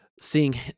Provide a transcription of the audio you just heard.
seeing